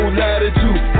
latitude